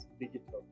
digital